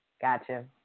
Gotcha